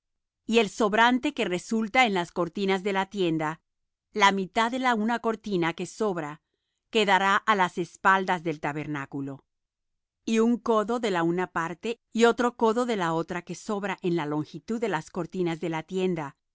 y el sobrante que resulta en las cortinas de la tienda la mitad de la una cortina que sobra quedará á las espaldas del tabernáculo y un codo de la una parte y otro codo de la otra que sobra en la longitud de las cortinas de la tienda